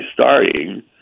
starting –